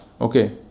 okay